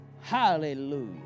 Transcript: Hallelujah